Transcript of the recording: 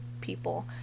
people